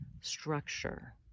structure